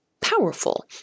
powerful